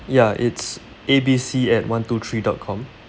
ya it's A B C at one two three dot com